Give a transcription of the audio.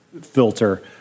filter